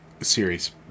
series